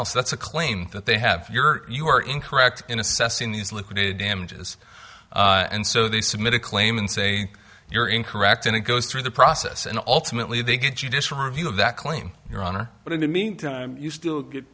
else that's a claim that they have you're you are incorrect in assessing these liquidated damages and so they submit a claim and say you're incorrect and it goes through the process and ultimately they get judicial review of that claim your honor but in the meantime you still get